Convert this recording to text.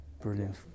Brilliant